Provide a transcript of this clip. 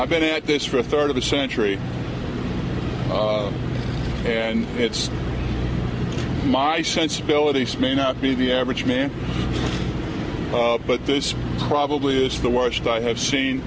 i've been at this for a third of the century and it's my sensibilities may not be the average man but this probably is the worst i have seen